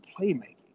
playmaking